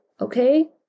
Okay